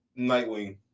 Nightwing